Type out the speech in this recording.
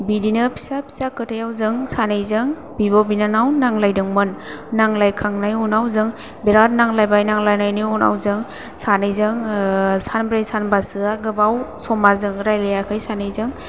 बिदिनो फिसा फिसा खोथायाव जों सानैजों बिब' बिनानाव नांलायदोंमोन नांलायखांनाय उनाव जों बिराद नांलायबाय नांलायनायनि उनाव जों सानैजों सानब्रै सानबा सोया गोबाव समा रायलायाखै सानैजों